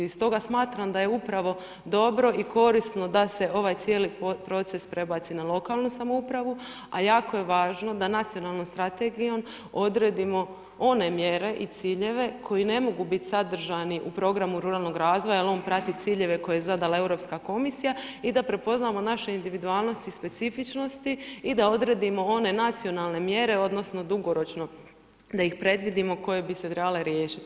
I stoga smatram da je upravo dobro i korisno da se ovaj cijeli proces prebaci na lokalnu samoupravu, a jako je važno da nacionalnom strategijom odredimo one mjere i ciljeve koji ne mogu biti sadržani u Programu ruralnog razvoja jel on prati ciljeve koje je zadala Europska komisija i da prepoznamo naše individualnosti i specifičnosti i da odredimo one nacionalne mjere odnosno dugoročno da ih predvidimo koje bi se trebale riješiti.